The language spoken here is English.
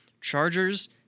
Chargers